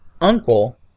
uncle